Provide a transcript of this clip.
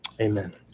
amen